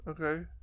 Okay